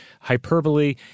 hyperbole